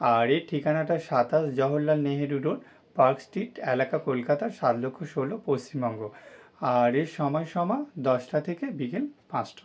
আর এর ঠিকানাটা সাতাশ Jawaharlal Nehru road park street এলাকা কলকাতা সাত লক্ষ ষোলো পশ্চিমবঙ্গ আর এর সময়সীমা দশটা থেকে বিকেল পাঁচটা